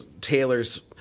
taylor's